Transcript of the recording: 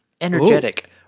Energetic